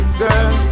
girl